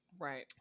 Right